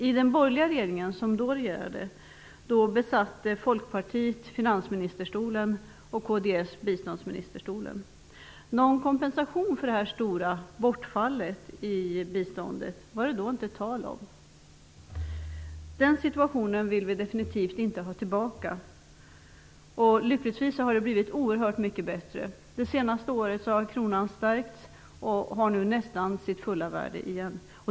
I den dåvarande borgerliga regeringen besatte Folkpartiet finansministerstolen och kds biståndsministerstolen. Någon kompensation för detta stora bortfall i biståndet var det inte tal om. Den situationen vill vi definitivt inte ha tillbaka. Lyckligtvis har det blivit oerhört mycket bättre. Det senaste året har kronan stärkts och har nu nästan sitt fulla värde igen.